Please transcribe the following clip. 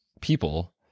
people